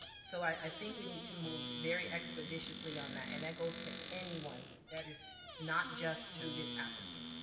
so i think we need to move very expeditiously on that, and that goes to anyone, that is not just to this applicant,